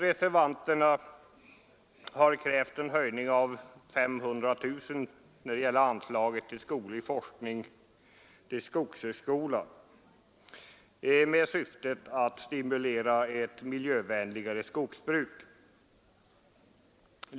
Reservanten har krävt en höjning med 500 000 kronor av anslaget till skoglig forskning vid skogshögskolan i syfte att stimulera ett miljövänligare skogsbruk.